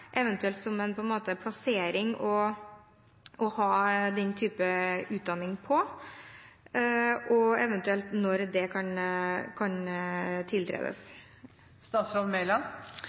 eventuelt som en plassering for den type utdanning, og om når det eventuelt kan tiltredes.